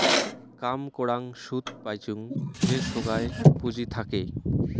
কাম করাং সুদ পাইচুঙ যে সোগায় পুঁজি থাকে